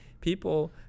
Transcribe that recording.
people